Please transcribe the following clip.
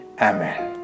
Amen